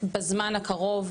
בזמן הקרוב.